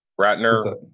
Ratner